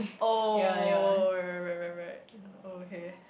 oh right right right right right oh okay